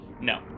No